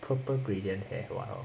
purple gradient hair !walao!